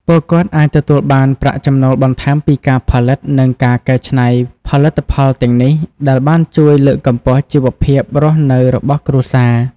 ពួកគាត់អាចទទួលបានប្រាក់ចំណូលបន្ថែមពីការផលិត និងការកែច្នៃផលិតផលទាំងនេះ ដែលបានជួយលើកកម្ពស់ជីវភាពរស់នៅរបស់គ្រួសារ។